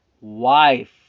wife